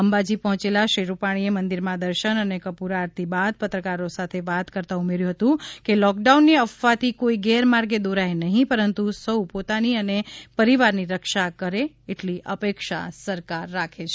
અંબાજી પહોંચેલા શ્રી રૂપાણીએ મંદિરમાં દર્શન અને કપ્ર આરતી બાદ પત્રકારો સાથે વાત કરતાં ઉમેર્યું હતું કે લોક ડાઉનની અફવાથી કોઈ ગેરમાર્ગે દોરાય નહીં પરંતુ સૌ પોતાની અને પરિવાર ની રક્ષા કરે આટલી અપેક્ષા સરકાર રાખે છે